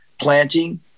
planting